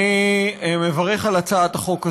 אני מברך על הצעת החוק הזאת.